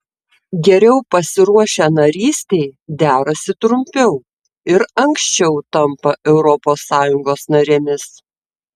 geriau pasiruošę narystei derasi trumpiau ir anksčiau tampa europos sąjungos narėmis